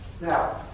Now